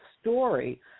story